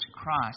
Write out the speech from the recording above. Christ